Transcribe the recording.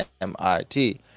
MIT